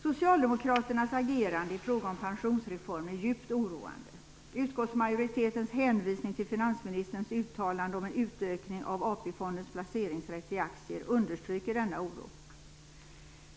Socialdemokraternas agerande i fråga om pensionsreformen är djupt oroande. Utskottsmajoritetens hänvisning till finansministerns uttalande om en utökning av AP-fondens placeringsrätt i aktier understryker denna oro.